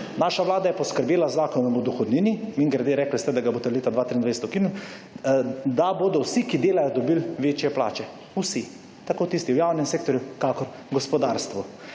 Naša vlada je poskrbela z Zakonom o dohodnini, mimogrede rekli ste, da ga boste leta 2023 ukinili, da bodo vsi, ki delajo dobili večje plače. Vsi. Tako tisti v javnem sektorju, kakor gospodarstvu.